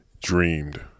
dreamed